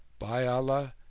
by allah,